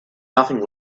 nothing